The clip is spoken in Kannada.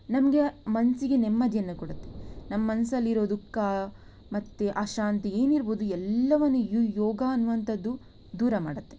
ನಮಗೆ ಮನಸ್ಸಿಗೆ ನೆಮ್ಮದಿಯನ್ನು ಕೊಡತ್ತೆ ನಮ್ಮ ಮನಸ್ಸಲ್ಲಿರೋ ದುಃಖ ಮತ್ತು ಅಶಾಂತಿ ಏನಿರಬಹುದು ಎಲ್ಲವನ್ನು ಈ ಯೋಗ ಅನ್ನುವಂಥದ್ದು ದೂರ ಮಾಡತ್ತೆ